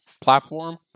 platform